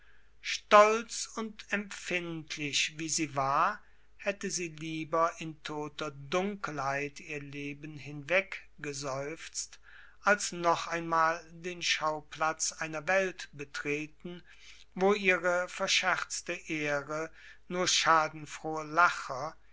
stolz und empfindlich wie sie war hätte sie lieber in toter dunkelheit ihr leben hinweg geseufzt als noch einmal den schauplatz einer welt betreten wo ihre verscherzte ehre nur schadenfrohe lacher